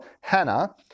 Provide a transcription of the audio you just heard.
Hannah